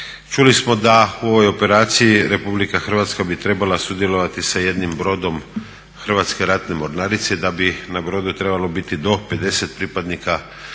Čuli smo da u ovoj operaciji Republika Hrvatska bi trebala sudjelovati sa jednim brodom Hrvatske ratne mornarice, da bi na brodu trebalo biti do 50 pripadnika Oružanih